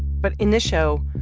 but in this show,